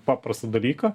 paprastą dalyką